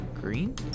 Green